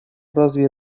разве